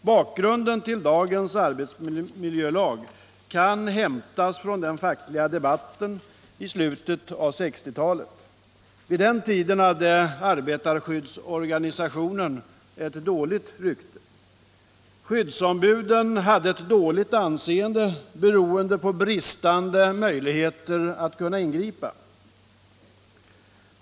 Bakgrunden till dagens arbetsmiljölag är den fackliga debatten från slutet av 1960-talet. Vid den tiden hade arbetarskyddsorganisationen ett dåligt rykte. Skyddsombuden hade dåligt anseende beroende på bristande möjligheter att ingripa.